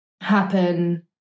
happen